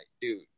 dude